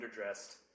underdressed